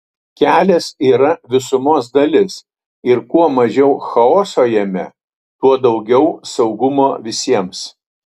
kelias yra visumos dalis ir kuo mažiau chaoso jame tuo daugiau saugumo visiems